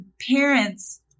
parents